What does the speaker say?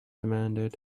demanded